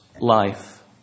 life